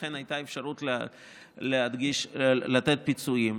ולכן הייתה אפשרות לתת פיצויים.